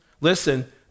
Listen